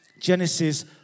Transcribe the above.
Genesis